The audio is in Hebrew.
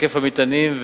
משקף המטענים,